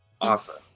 Awesome